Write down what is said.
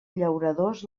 llauradors